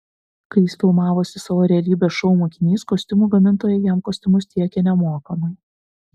kai jis filmavosi savo realybės šou mokinys kostiumų gamintojai jam kostiumus tiekė nemokamai